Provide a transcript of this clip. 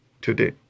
today